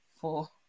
four